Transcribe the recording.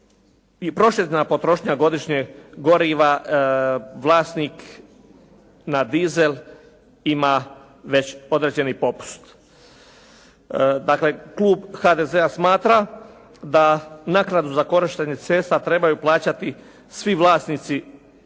prosječna potrošnja godišnja goriva vlasnik na dizel ima već određeni popust. Dakle klub HDZ-a smatra da naknadu za korištenje cesta trebaju plaćati svi vlasnici